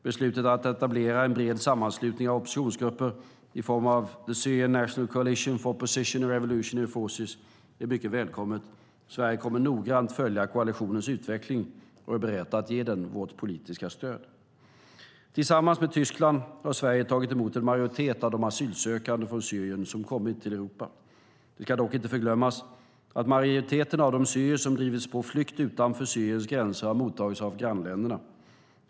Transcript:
Beslutet att etablera en bred sammanslutning av oppositionsgrupper, i form av the Syrian National Coalition for Opposition and Revolutionary Force, är mycket välkommet. Sverige kommer noggrant att följa koalitionens utveckling och är berett att ge den vårt politiska stöd. Tillsammans med Tyskland har Sverige tagit emot en majoritet av de asylsökande från Syrien som kommit till Europa. Det ska dock inte förglömmas att majoriteten av de syrier som drivits på flykt utanför Syriens gränser har mottagits av grannländerna.